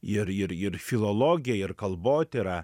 ir ir ir filologija ir kalbotyra